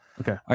Okay